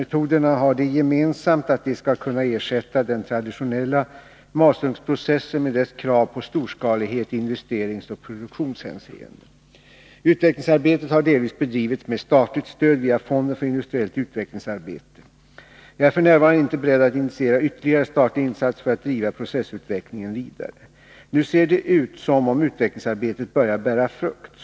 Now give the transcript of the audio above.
Metoderna har det gemensamt att de skall kunna ersätta den traditionella masugnsprocessen med dess krav på storskalighet i investeringsoch produktionshänseende. Utvecklingsarbetet har delvis bedrivits med statligt stöd via fonden för industriellt utvecklingsarbete. Jag är f. n. inte beredd att initiera ytterligare statliga insatser för att driva processutvecklingen vidare. Nu ser det ut som om utvecklingsarbetet börjar bära frukt.